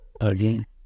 Again